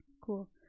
Cool